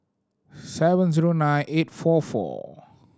seven zero nine eight four four